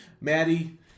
Maddie